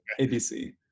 ABC